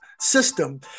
system